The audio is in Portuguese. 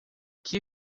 que